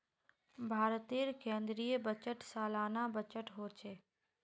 भारतेर केन्द्रीय बजट सालाना बजट होछे